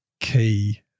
key